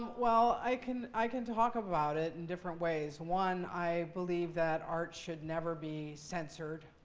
well i can i can talk about it in different ways. one, i believe that art should never be censored.